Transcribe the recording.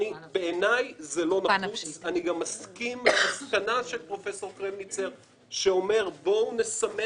אני מסכים למסקנה של פרופסור קרמניצר שאומר שכדאי לסמן